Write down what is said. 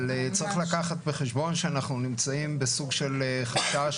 אבל צריך לקחת בחשבון שאנחנו נמצאים בסוג של חשש,